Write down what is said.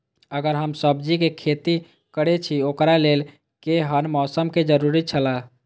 अगर हम सब्जीके खेती करे छि ओकरा लेल के हन मौसम के जरुरी छला?